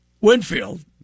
Winfield